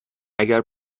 اگر